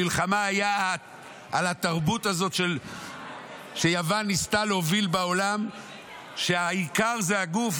המלחמה הייתה על התרבות הזאת שיוון ניסתה להוביל בעולם שהעיקר זה הגוף,